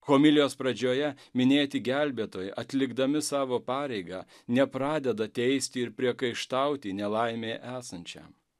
homilijos pradžioje minėti gelbėtojai atlikdami savo pareigą nepradeda teisti ir priekaištauti nelaimėj esančiam